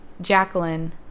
Jacqueline